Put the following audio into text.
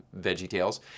VeggieTales